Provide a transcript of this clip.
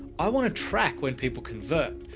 i want to track when people convert,